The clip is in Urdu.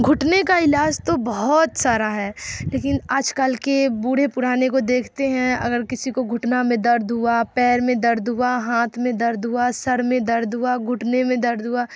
گھٹنے کا علاج تو بہت سارا ہے لیکن آج کل کے بوڑھے پرانے کو دیکھتے ہیں اگر کسی کو گھٹنہ میں درد ہوا ییر میں درد ہوا ہاتھ میں درد ہوا سر میں درد ہوا گھٹنے میں درد ہوا